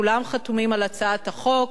כולם חתומים על הצעת החוק,